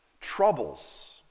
troubles